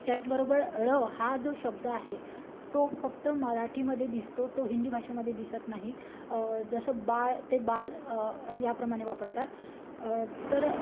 त्याचबरोबर ळ हा जो शब्द आहे तो फक्त मराठीमध्ये दिसतो तो हिंदी भाषेमध्ये दिसत नाही जसं बाळ ते बाल याप्रमाणे वापरतात तर